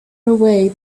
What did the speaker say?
away